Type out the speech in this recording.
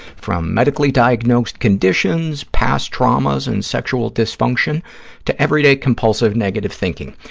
from medically diagnosed conditions, past traumas and sexual dysfunction to everyday compulsive negative thinking.